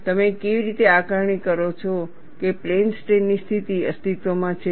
અને તમે કેવી રીતે આકારણી કરો છો કે પ્લેન સ્ટ્રેઇન ની સ્થિતિ અસ્તિત્વમાં છે